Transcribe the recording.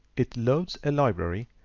it loads a library,